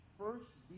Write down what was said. First